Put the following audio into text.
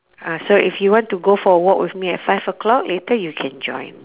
ah so if you want to go for a walk with me at five o'clock later you can join